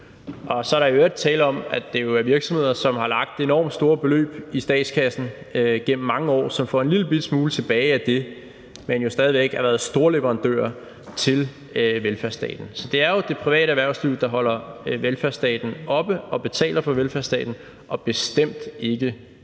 Og så er der i øvrigt tale om, at det er nogle virksomheder, der har lagt enormt store beløb i statskassen igennem mange år, og som så får en lille smule tilbage af det, men som jo stadig væk har været storleverandører til velfærdsstaten. Så det er jo det private erhvervsliv, der holder velfærdsstaten oppe og betaler for velfærdsstaten, og bestemt ikke omvendt.